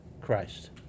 Christ